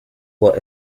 what